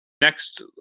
Next